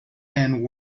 and